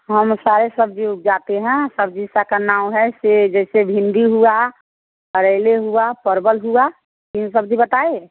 हम सारे सब्ज़ी उपजाते हैं सब्ज़ी सब का नाम है से जैसे भिंडी हुआ करैले हुआ परवल हुआ तीन सब्ज़ी बताए